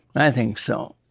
i think so.